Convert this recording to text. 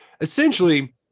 Essentially